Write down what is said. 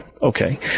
Okay